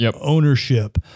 ownership